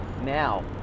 Now